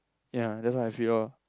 ya that's what I feel lor